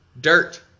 dirt